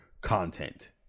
content